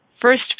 first